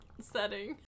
setting